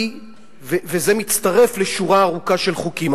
וזה מצטרף לשורה ארוכה של חוקים.